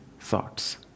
thoughts